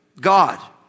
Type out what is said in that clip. God